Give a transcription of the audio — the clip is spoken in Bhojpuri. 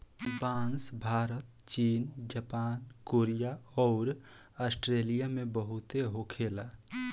बांस भारत चीन जापान कोरिया अउर आस्ट्रेलिया में बहुते होखे ला